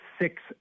six